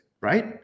right